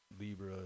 Libra